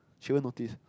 she won't notice